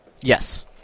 Yes